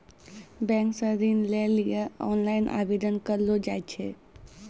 bank से ऋण लै लेली ओनलाइन आवेदन करलो जाय छै